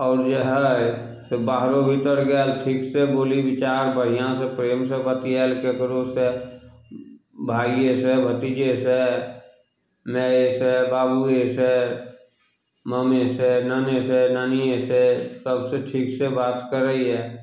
आओर जे हइ से बाहरो भीतर गेल ठीकसँ बोली विचार बढ़िआँ सँ प्रेमसँ बतियाइल ककरोसँ भाइयेसँ भतीजेसँ मायेसँ बाबुयेसँ मामेसँ नानेसँ नानियेसँ सभसँ ठीकसँ बात करैए